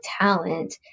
talent